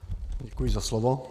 Děkuji za slovo.